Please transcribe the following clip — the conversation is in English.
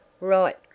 Right